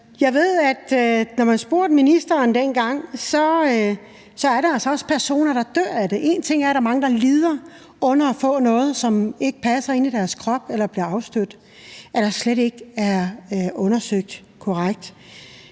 Jeg ved, at når man spurgte ministeren dengang, så fik man at vide, at der altså også var personer, der døde af det. En ting er, at der er mange, der lider under at få noget, som ikke passer ind i deres krop eller bliver afstødt eller slet ikke er undersøgt korrekt,